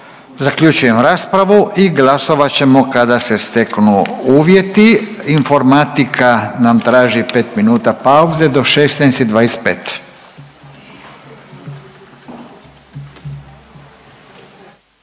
Zaključujem raspravu i glasovat ćemo kada se steknu uvjeti. Informatika nam traži pet minuta pauze do 16 i 25.